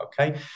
okay